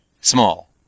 small